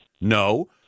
No